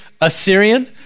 Assyrian